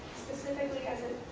specifically as it